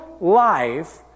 life